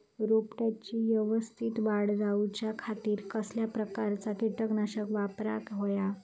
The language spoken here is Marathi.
रोपट्याची यवस्तित वाढ जाऊच्या खातीर कसल्या प्रकारचा किटकनाशक वापराक होया?